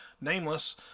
nameless